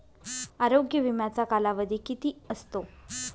आरोग्य विम्याचा कालावधी किती असतो?